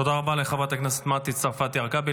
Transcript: תודה רבה לחברת הכנסת מטי צרפתי הרכבי.